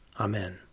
Amen